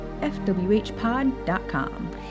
FWHpod.com